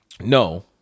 No